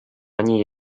они